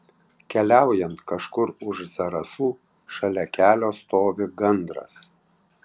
keliaujant kažkur už zarasų šalia kelio stovi gandras